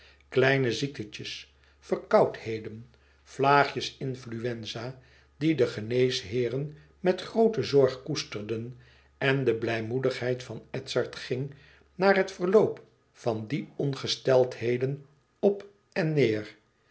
kleine ziektetjes verkoudheden vlaagjes influenza die de geneesheeren met grooten zorg koesterden en de blijmoedigheid van edzard ging naar het verloop van die ongesteldheden op en neêr